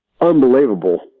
unbelievable